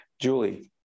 Julie